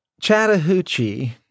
Chattahoochee